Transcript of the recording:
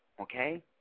okay